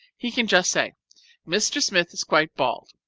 he can just say mr. smith is quite bald,